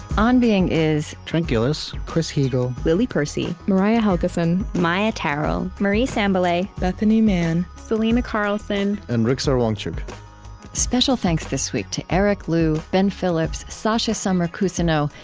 on being is trent gilliss, chris heagle, lily percy, mariah helgeson, maia tarrell, marie sambilay, bethanie mann, selena carlson, and rigsar wangchuck special thanks this week to eric liu, ben phillips, sasha summer cousineau,